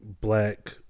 black